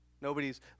Nobody's